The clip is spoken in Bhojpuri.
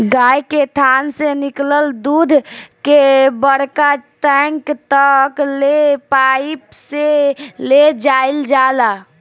गाय के थान से निकलल दूध के बड़का टैंक तक ले पाइप से ले जाईल जाला